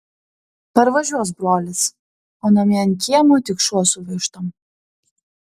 parvažiuos brolis o namie ant kiemo tik šuo su vištom